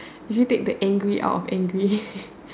you should take the angry out of angry